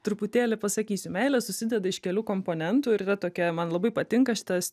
truputėlį pasakysiu meilė susideda iš kelių komponentų ir yra tokia man labai patinka šitas